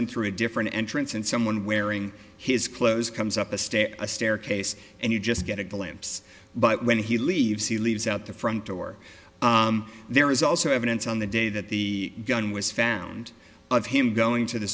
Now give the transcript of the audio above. in through a different entrance and someone wearing his clothes comes up the stairs a staircase and you just get a glimpse but when he leaves he leaves out the front door there is also evidence on the day that the gun was found of him going to the